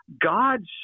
God's